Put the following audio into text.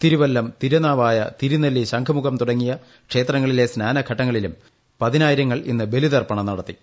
തിരുവല്ലം തിരുനാവായ തിരുനെല്ലി ശംഖുമുഖം തുടങ്ങിയ ക്ഷേത്രങ്ങളിലെ സ്നാനഘട്ടങ്ങളിലും പതിനായിരങ്ങൾ ഇന്ന് ബലിതർപ്പണം നടന്നു